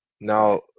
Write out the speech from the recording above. Now